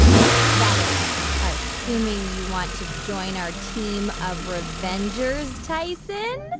well, that is assuming you want to join our team of revengers, tyson